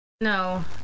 No